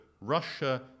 Russia